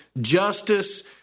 justice